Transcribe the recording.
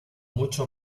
mucho